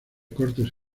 cortes